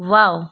wow